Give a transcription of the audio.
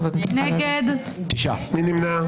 מי נמנע?